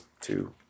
two